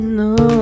no